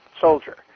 soldier